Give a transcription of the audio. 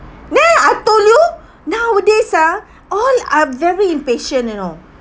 nah I told you nowadays are all are very impatient you know